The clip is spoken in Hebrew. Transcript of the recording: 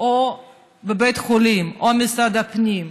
או לבית חולים או למשרד הפנים,